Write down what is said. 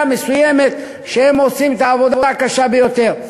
מסוימת שהם עושים את העבודה הקשה ביותר.